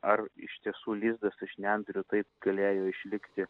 ar iš tiesų lizdas iš nendrių taip galėjo išlikti